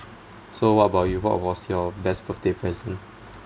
so what about you what was your best birthday present